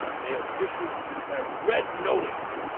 they have issued a red notice,